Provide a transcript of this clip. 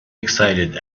excited